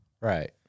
Right